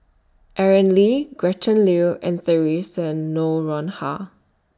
Aaron Lee Gretchen Liu and Theresa Noronha